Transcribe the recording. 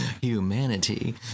humanity